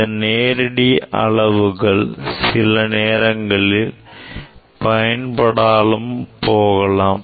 இந்த நேரடி அளவுகள் சில நேரங்களில் பயன்படாமலும் போகலாம்